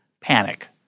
panic